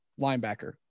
linebacker